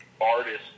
artist